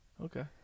Okay